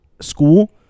school